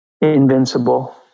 invincible